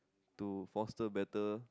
to foster better